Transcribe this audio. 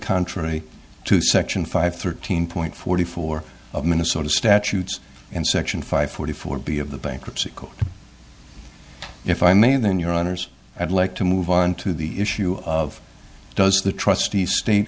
contrary to section five thirteen point forty four of minnesota statutes and section five forty four b of the bankruptcy court if i may then your honors i'd like to move on to the issue of does the trustee state